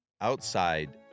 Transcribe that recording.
outside